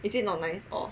is it not nice or